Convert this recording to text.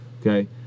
Okay